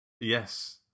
Yes